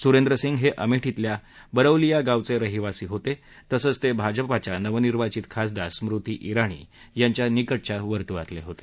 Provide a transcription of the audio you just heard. सुरेंद्र सिंग हे अमेठीतल्या बरोलीया गावचे रहिवासी होते तसंच ते भाजपाच्या नवनिर्वाचित खासदार स्मृती ज्ञाणी यांच्या निकटच्या वर्तुळातले होते